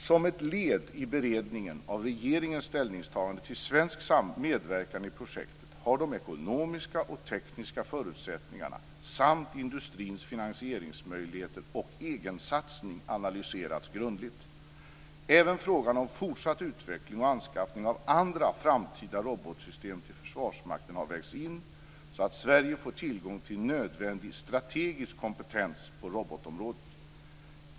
Som ett led i beredningen av regeringens ställningstagande till svensk medverkan i projektet har de ekonomiska och tekniska förutsättningarna samt industrins finansieringsmöjligheter och egensatsning analyserats grundligt. Även frågan om fortsatt utveckling och anskaffning av andra framtida robotsystem till Försvarsmakten har vägts in så att Sverige får tillgång till nödvändig strategisk kompetens på robotområdet.